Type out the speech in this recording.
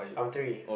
I'm three